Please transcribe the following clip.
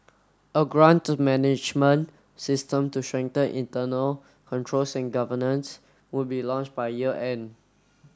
a grant management system to strengthen internal control governance would be launched by year end